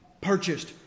purchased